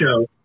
show